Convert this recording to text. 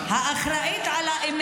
אני מפריעה לך,